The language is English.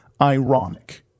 ironic